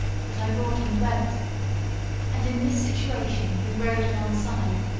that i brought in the boat and, in this situation, we rowed alongside,